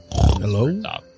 Hello